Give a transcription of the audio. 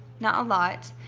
not a lot,